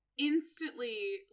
instantly